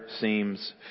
seems